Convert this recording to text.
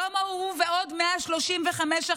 שלמה, הוא ועוד 135 אחרים,